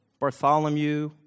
Bartholomew